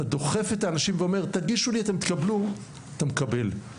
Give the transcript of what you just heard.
אתה דוחף את האנשים ואומר תגישו לי אתם תקבלו אתה מקבל.